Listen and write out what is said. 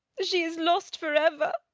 she is lost forever!